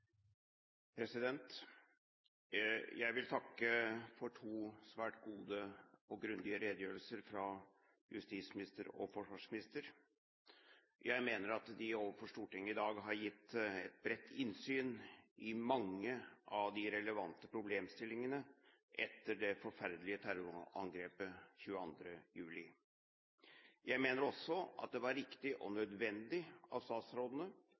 grundige redegjørelser, fra justisministeren og fra forsvarsministeren. Jeg mener at de overfor Stortinget i dag har gitt et bredt innsyn i mange av de relevante problemstillingene etter det forferdelige terrorangrepet 22. juli. Jeg mener også at det var riktig og nødvendig av statsrådene